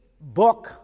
book